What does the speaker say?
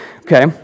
Okay